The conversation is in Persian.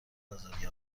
بازاریابی